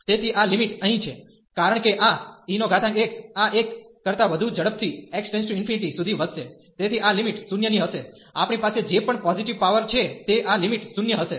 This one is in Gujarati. તેથી આ લિમિટ અહીં છે કારણ કે આ exઆ એક કરતા વધુ ઝડપ થી x→∞ સુધી વધશે તેથી આ લિમિટ 0 ની હશે આપણી પાસે જે પણ પોઝીટીવ પાવર છે તે આ લિમિટ 0 હશે